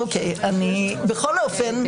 בכל אופן,